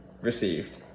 received